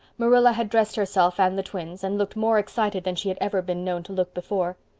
marilla had dressed herself and the twins, and looked more excited than she had ever been known to look before.